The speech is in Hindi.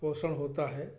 पोसण होता है